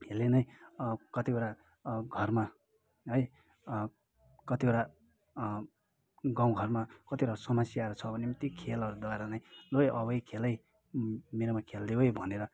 ले नै कतिवटा घरमा है कतिवटा गाउँ घरमा कतिवटा समस्याहरू छ भने पनि ती खेलहरूद्वारा नै लु है आउ है खेल है मेरोमा खेलिदेउ है भनेर